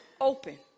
open